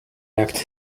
act